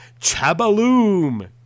Chabaloom